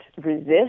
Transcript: resist